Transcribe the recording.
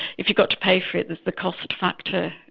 if you've got to pay for it there's the cost factor.